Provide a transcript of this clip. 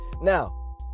Now